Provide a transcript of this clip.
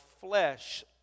flesh